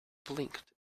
blinked